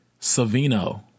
Savino